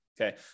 okay